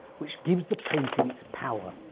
which gives the painting its power.